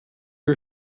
are